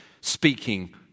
speaking